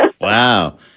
wow